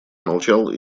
молчал